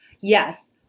yes